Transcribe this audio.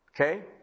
Okay